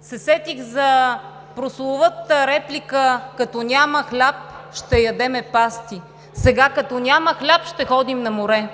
се сетих за прословутата реплика: „Като няма хляб, ще ядем пасти“ – сега, като няма хляб, ще ходим на море.